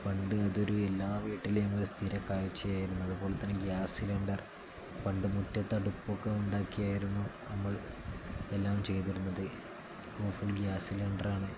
പണ്ട് അതൊരു എല്ലാ വീട്ടിലെയും ഒരു സ്ഥിരം കാഴ്ചയായിരുന്നു അതുപോലെ തന്നെ ഗ്യാസ് സിലിണ്ടർ പണ്ട് മുറ്റത്തടുപ്പൊക്കെ ഉണ്ടാക്കിയായിരുന്നു നമ്മൾ എല്ലാം ചെയ്തിരുന്നത് ഇപ്പോൾ ഫുൾ ഗ്യാസ് സിലിണ്ടർ ആണ്